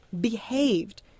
behaved